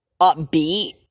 upbeat